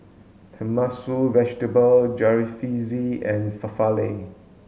Tenmusu Vegetable Jalfrezi and Falafel